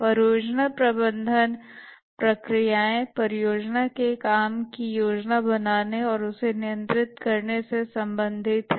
परियोजना प्रबंधन प्रक्रियाएँ परियोजना के काम की योजना बनाने और उसे नियंत्रित करने से संबंधित हैं